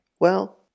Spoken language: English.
Well-